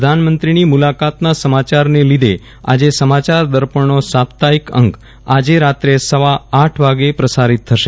પ્રધાનમંત્રી ની મુલાકાત નાં સમાચાર ની લીધે આજે સમાચાર દર્પણ નો સાપ્તાહિક અંક આજે રાત્રે સવા આઠ વાગે પ્રસારિત થશે